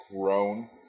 grown